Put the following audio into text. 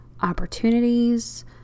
opportunities